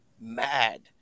mad